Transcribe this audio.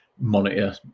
monitor